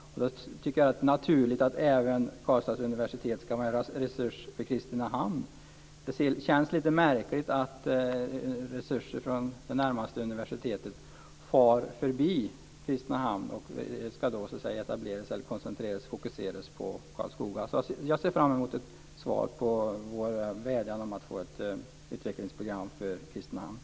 Då tycker jag att det är naturligt att Karlstads universitet även ska vara en resurs för Kristinehamn. Det känns lite märkligt att resurser från det närmaste universitetet far förbi Kristinehamn och ska koncentreras och fokuseras på Karlskoga. Jag ser fram emot ett svar på vår vädjan om ett utvecklingsprogram för Kristinehamn.